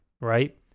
right